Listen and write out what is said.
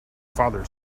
father